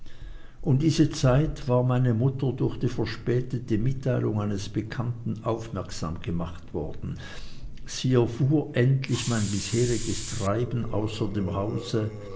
um diese zeit war meine mutter durch die verspätete mitteilung eines bekannten aufmerksam gemacht worden sie erfuhr endlich mein bisheriges treiben außer dem hause